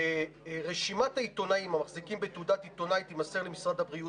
שרשימת העיתונאים המחזיקים בתעודת עיתונאי תימסר למשרד הבריאות,